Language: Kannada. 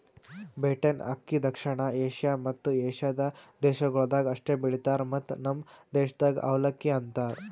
ಬೀಟೆನ್ ಅಕ್ಕಿ ದಕ್ಷಿಣ ಏಷ್ಯಾ ಮತ್ತ ಏಷ್ಯಾದ ದೇಶಗೊಳ್ದಾಗ್ ಅಷ್ಟೆ ಬೆಳಿತಾರ್ ಮತ್ತ ನಮ್ ದೇಶದಾಗ್ ಅವಲಕ್ಕಿ ಅಂತರ್